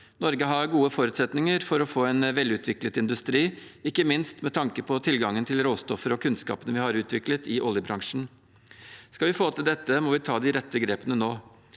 Norge har gode forutsetninger for å få en velutviklet industri, ikke minst med tanke på tilgangen til råstoffer og kunnskapene vi har utviklet i oljebransjen. Skal vi få til dette, må vi ta de rette grepene nå.